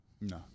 No